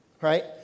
Right